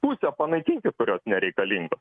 pusę panaikinkint kurios nereikalingos